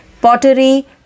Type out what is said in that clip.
pottery